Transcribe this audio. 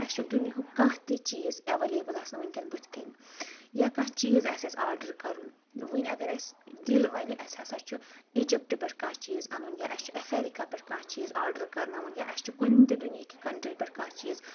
اسہِ چھُ دُنیہُک کانٛہہ تہِ چیٖز اٮ۪ویلیبٕل آسان ؤنکیٚن بٕتھۍ کٮ۪ن یا کانٛہہ چیٖز آسہِ اسہِ آرڈر کرُن ؤنۍ اگر اسہِ دِل ونہِ اسہِ ہسا چھُ اجپٹہٕ پٮ۪ٹھ کانٛہہ چیٖز انُن یا اسہِ چھُ افیرکہ پٮ۪ٹھ کانٛہہ چیٖز آرڈر کرناوُن یا اسہِ چھُ کُنہِ تہِ دُنیہِکہِ کنٹری پٮ۪ٹھ کانٛہہ چیٖز